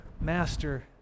master